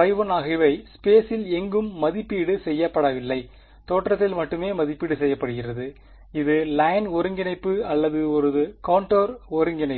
1 ஆகியவை ஸ்பேசில் எங்கும் மதிப்பீடு செய்யப்படவில்லை தோற்றத்தில் மட்டுமே மதிப்பீடு செய்யப்படுகிறது இது லைன் ஒருங்கிணைப்பு அல்லது ஒரு கோண்டோர் ஒருங்கிணைப்பு